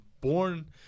born